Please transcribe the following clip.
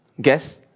guess